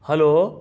hello